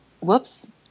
whoops